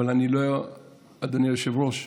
אדוני היושב-ראש,